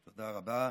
תודה רבה.